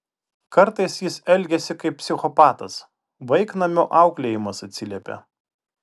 kartais jis elgiasi kaip psichopatas vaiknamio auklėjimas atsiliepia